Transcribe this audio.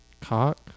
cock